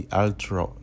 ultra